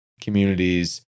communities